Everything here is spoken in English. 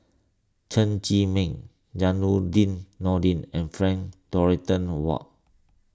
Chen Zhiming Zainudin Nordin and Frank Dorrington Ward